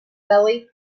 belly